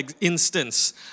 instance